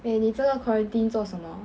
eh 你这个 quarantine 做什么